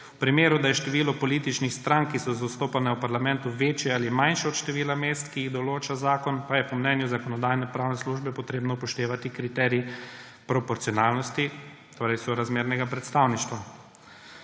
V primeru, da je število političnih strank, ki so zastopane v parlamentu, večje ali manjše od števila mest, ki jih določa zakon, pa je po mnenju Zakonodajno-pravne službe potrebno upoštevati kriterij proporcionalnosti, torej sorazmernega predstavništva«.